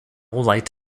light